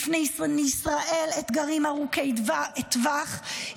בפני ישראל אתגרים ארוכי טווח,